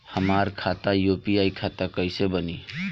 हमार खाता यू.पी.आई खाता कईसे बनी?